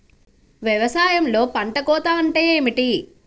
వ్యవసాయంలో పంట కోత అంటే ఏమిటి?